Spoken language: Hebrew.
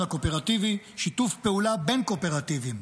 הקואופרטיבי: שיתוף פעולה בין קואופרטיבים,